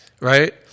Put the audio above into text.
right